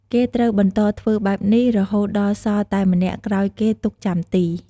គេត្រូវបន្តធ្វើបែបនេះរហូតដល់សល់តែម្នាក់ក្រោយគេទុកចាំទី។